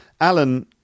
Alan